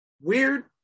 weird